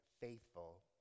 faithful